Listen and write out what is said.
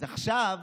אז עכשיו,